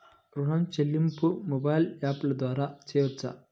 ఋణం చెల్లింపు మొబైల్ యాప్ల ద్వార చేయవచ్చా?